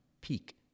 peak